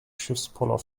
schiffspoller